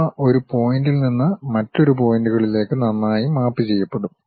അവ ഒരു പോയിന്റിൽ നിന്ന് മറ്റ് പോയിന്റുകളിലേക്ക് നന്നായി മാപ്പുചെയ്യപ്പെടും